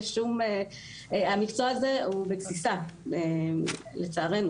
המקצוע הזה הוא בגסיסה לצערנו.